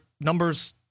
numbers